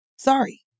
Sorry